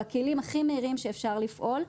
בכלים הכי מהירים שאפשר לפעול.